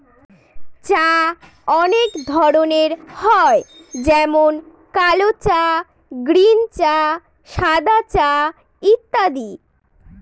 চা অনেক ধরনের হয় যেমন কাল চা, গ্রীন চা, সাদা চা ইত্যাদি